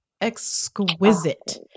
exquisite